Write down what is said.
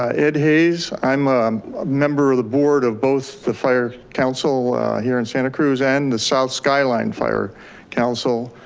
ah ed hayes, i'm a member of the board of both the fire council here in santa cruz and the south skyline fire council.